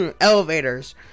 elevators